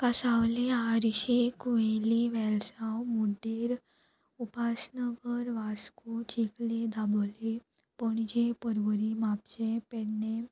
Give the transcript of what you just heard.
Cansaulim Arossim Cuelim Velsao Mudder Upasnagar Vasco Chicalim Dabolim Ponje Porvorim Mapusa Pedne